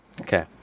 Okay